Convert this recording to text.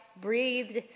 breathed